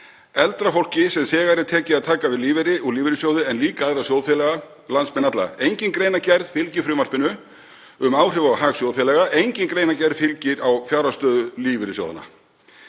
eldra fólk sem þegar er tekið að taka við lífeyri úr lífeyrissjóði en líka aðra sjóðfélaga, landsmenn alla. Engin greinargerð fylgir frumvarpinu um áhrif á hag sjóðfélaga. Engin greinargerð fylgir um fjárhagsstöðu lífeyrissjóðanna.